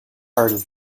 party